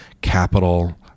capital